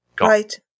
right